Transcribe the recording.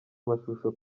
amashusho